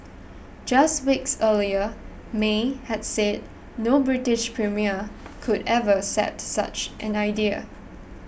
just weeks earlier May had said no British premier could ever accept such an idea